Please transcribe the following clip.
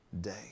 day